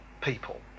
people